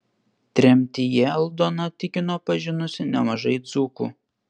tremtyje aldona tikino pažinusi nemažai dzūkų